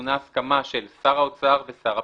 טעונה הסכמה של שר האוצר ושר הפנים,